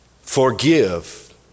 forgive